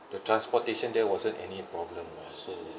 the transportation there wasn't any problem lah so